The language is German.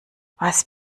was